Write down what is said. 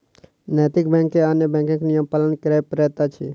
नैतिक बैंक के अन्य बैंकक नियम पालन करय पड़ैत अछि